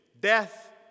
death